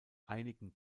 einigen